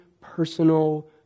personal